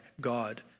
God